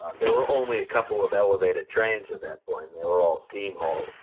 there were only a couple of elevated trains at that point, and they were all steam-hauled.